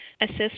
assist